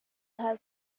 have